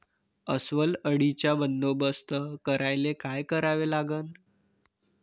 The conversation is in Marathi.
अस्वल अळीचा बंदोबस्त करायले काय करावे लागन?